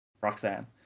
Roxanne